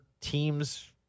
teams